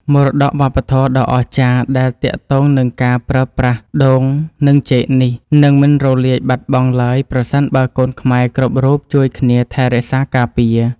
មរតកវប្បធម៌ដ៏អស្ចារ្យដែលទាក់ទងនឹងការប្រើប្រាស់ដូង និងចេកនេះនឹងមិនរលាយបាត់បង់ឡើយប្រសិនបើកូនខ្មែរគ្រប់រូបជួយគ្នាថែរក្សាការពារ។